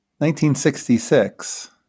1966